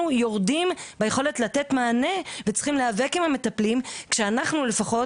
יורדים ביכולת לתת מענה וצריכים להיאבק עם המטפלים שאנחנו לפחות,